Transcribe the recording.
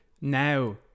now